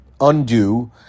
undo